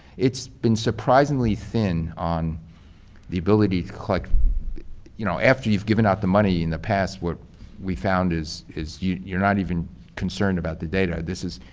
it's been surprisingly thin on the ability to collect you know, after you've given out the money in the past, what we found is is you're not even concerned about the data. this is